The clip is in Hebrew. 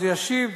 אז ישיב